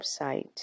website